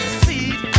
seat